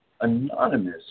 anonymous